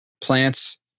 plants